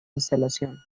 instalación